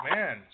Man